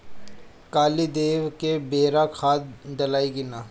कली देवे के बेरा खाद डालाई कि न?